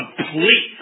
complete